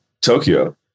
tokyo